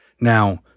Now